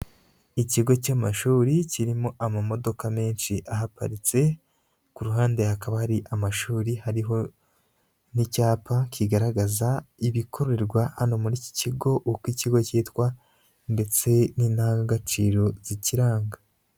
Ikigo cy'amashuri kirimo amamodoka menshi ahaparitse, ku ruhande hakaba hari amashuri hariho n'icyapa kigaragaza ibikorerwa hano muri iki kigo uko ikigo cyitwa ndetse n'indangagaciro zikiranga.